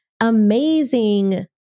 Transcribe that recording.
amazing